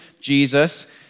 Jesus